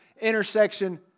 intersection